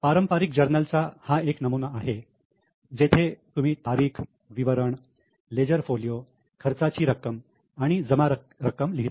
पारंपारिक जर्नलचा हा एक नमुना आहे जेथे तुम्ही तारीख विवरण लेजर फोलिओ खर्चाची रक्कम आणि जमा रक्कम लिहिता